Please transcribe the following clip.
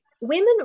women